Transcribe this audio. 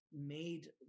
made